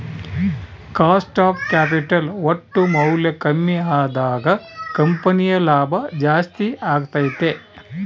cost of capital ಒಟ್ಟು ಮೌಲ್ಯ ಕಮ್ಮಿ ಅದಾಗ ಕಂಪನಿಯ ಲಾಭ ಜಾಸ್ತಿ ಅಗತ್ಯೆತೆ